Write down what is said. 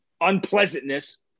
unpleasantness